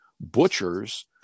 butchers